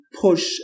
push